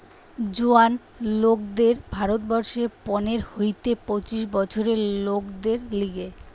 জোয়ান লোকদের ভারত বর্ষে পনের হইতে পঁচিশ বছরের লোকদের লিগে